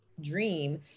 dream